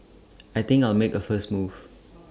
I think I'll make A move first